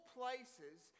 places